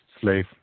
slave